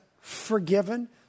forgiven